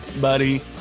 buddy